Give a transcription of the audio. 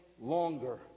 longer